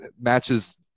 matches